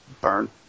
Burn